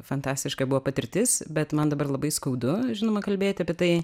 fantastiška buvo patirtis bet man dabar labai skaudu žinoma kalbėti apie tai